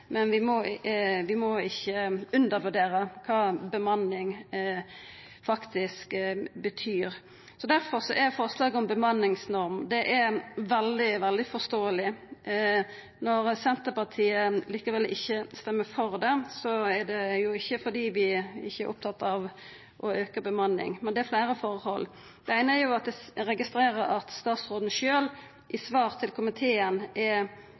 men vi må ikkje undervurdera kva bemanning faktisk betyr. Difor er forslaget om bemanningsnorm veldig, veldig forståeleg. Når Senterpartiet likevel ikkje stemmer for det, er det ikkje fordi vi ikkje er opptatt av å auka bemanninga, det er fleire forhold. Det eine er at eg registrerer at statsråden sjølv i svar til komiteen er